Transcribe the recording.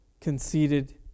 conceded